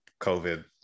COVID